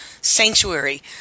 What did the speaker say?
sanctuary